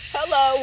Hello